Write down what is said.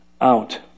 out